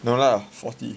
no lah forty